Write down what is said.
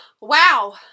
Wow